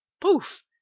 Poof